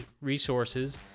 resources